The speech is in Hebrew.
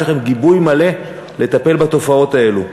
יש לכם גיבוי מלא לטפל בתופעות האלה.